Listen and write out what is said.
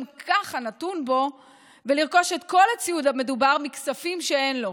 ככה נתון בו ולרכוש את כל הציוד המדובר מכספים שאין לו,